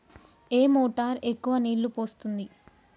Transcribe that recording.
ఏ motor ఎక్కువ నీళ్లు పోస్తుంది?